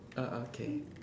uh ah okay